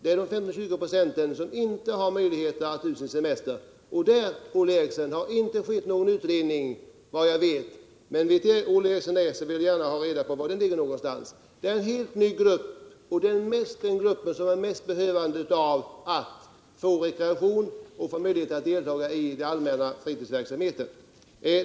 Det är 15-20 46 som inte har möjlighet att ta någon riktig semester, och det har såvitt jag vet inte skett någon utredning om detta. Känner Olle Eriksson till någon sådan, vill jag gärna ha reda på var den finns någonstans. Detta är en helt ny grupp, och det är den grupp som mest behöver rekreation och möjligheter att delta i den allmänna fritidsverksamheten.